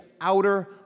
outer